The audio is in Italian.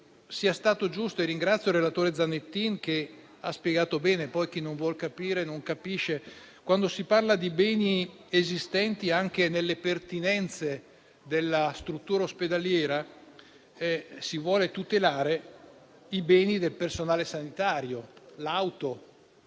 ritengo giusto - e ringrazio il relatore Zanettin, che l'ha spiegato bene, ma poi chi non vuol capire non capisce - quando si parla di beni esistenti anche nelle pertinenze di una struttura ospedaliera, voler tutelare quelli del personale sanitario (come l'auto